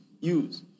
use